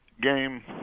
game